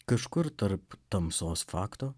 kažkur tarp tamsos fakto